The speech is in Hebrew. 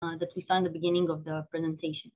that we found at the beginning of the presentation.